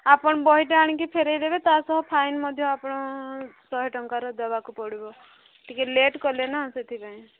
ଆପଣ ବହିଟା ଆଣିକି ଫେରେଇଦେବେ ତା ସହ ଫାଇନ୍ ମଧ୍ୟ ଆପଣ ଶହେ ଟଙ୍କାର ଦେବାକୁ ପଡ଼ିବ ଟିକେ ଲେଟ୍ କଲେନା ସେଥିପାଇଁ